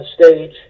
stage